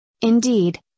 Indeed